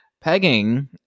Pegging